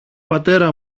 πατέρα